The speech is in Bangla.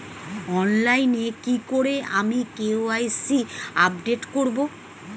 অনলাইনে কি করে আমি কে.ওয়াই.সি আপডেট করব?